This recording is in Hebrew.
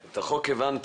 את החוק הבנתי.